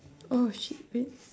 oh shit wait